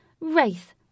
Wraith